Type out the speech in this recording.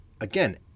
Again